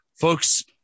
Folks